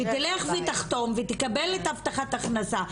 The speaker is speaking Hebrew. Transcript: שהיא תלך ותחתום ותקבל את ההבטחת הכנסה,